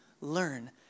learn